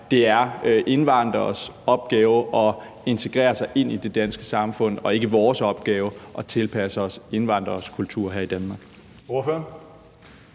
Det er indvandreres opgave at integrere sig ind i det danske samfund og ikke vores opgave at tilpasse os indvandreres kultur her i Danmark. Kl.